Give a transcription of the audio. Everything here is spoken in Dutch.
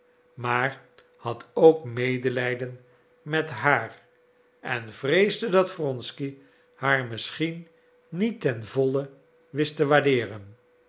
maar had ook medelijden met haar en vreesde dat wronsky haar misschien niet ten volle wist te waardeeren